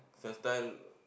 first time